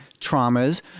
traumas